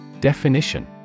Definition